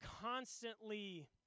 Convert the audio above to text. constantly